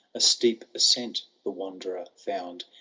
a steep ascent the wanderer found.